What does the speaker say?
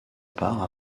part